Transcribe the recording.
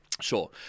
Sure